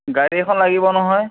গাড়ী এখন লাগিব নহয়